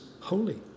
holy